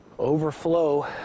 Overflow